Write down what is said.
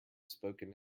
spoken